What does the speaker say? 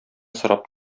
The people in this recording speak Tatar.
сорап